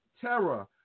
terror